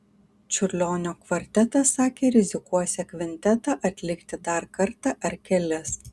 čiurlionio kvartetas sakė rizikuosią kvintetą atlikti dar kartą ar kelis